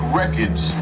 records